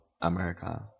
America